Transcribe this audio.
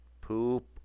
Poop